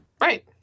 Right